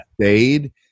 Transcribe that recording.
stayed